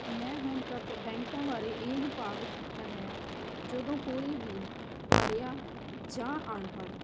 ਮੈਂ ਹੁਣ ਤੱਕ ਬੈਂਕਾਂ ਬਾਰੇ ਇਹ ਅਨੁਭਵ ਕੀਤਾ ਹੈ ਜਦੋਂ ਕੋਈ ਵੀ ਪੜ੍ਹਿਆ ਜਾਂ ਅਨਪੜ੍ਹ